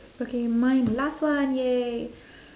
okay mine last one !yay!